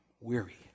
weary